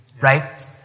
right